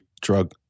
drug